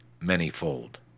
many-fold